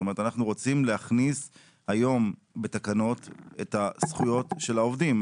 אנחנו רוצים להכניס היום בתקנות את הזכויות של העובדים.